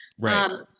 Right